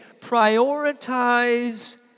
prioritize